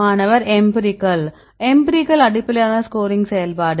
மாணவர் empirical empirical அடிப்படையிலான scoring செயல்பாடு